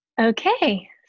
Okay